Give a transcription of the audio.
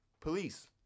Police